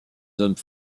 hommes